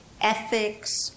ethics